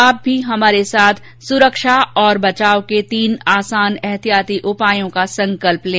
आप भी हमारे साथ सुरक्षा और बचाव के तीन आसान एहतियाती उपायों का संकल्प लें